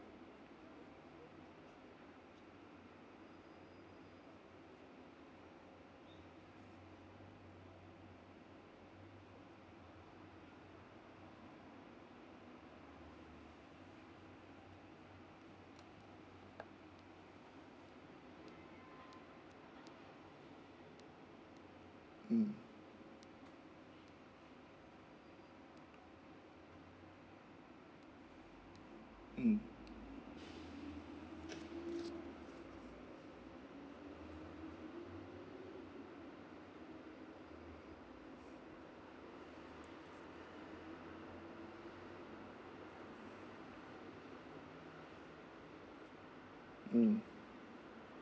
mm mm mm